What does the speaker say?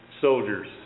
Soldiers